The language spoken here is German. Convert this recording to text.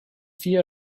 vier